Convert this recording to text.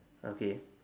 okay